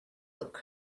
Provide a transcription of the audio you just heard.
look